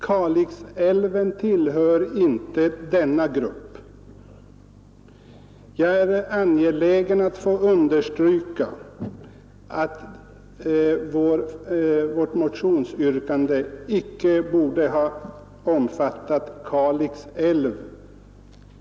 Kalix älv tillhör inte denna grupp, och jag vill understryka att vårt motionsyrkande icke skulle omfatta Kalix älv.